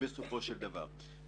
בסופו של דבר.